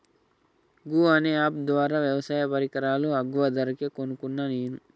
గూ అనే అప్ ద్వారా వ్యవసాయ పరికరాలు అగ్వ ధరకు కొనుకున్న నేను